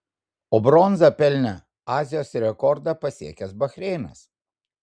o bronzą pelnė azijos rekordą pasiekęs bahreinas